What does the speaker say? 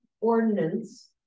ordinance